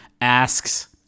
asks